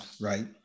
Right